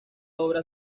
obra